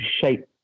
shape